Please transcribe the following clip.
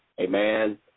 amen